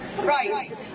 Right